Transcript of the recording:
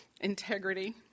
integrity